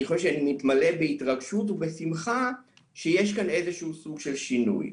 אני חושב שאני מתמלא בהתרגשות ובשמחה שיש כאן איזשהו סוג של שינוי.